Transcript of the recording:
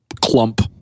clump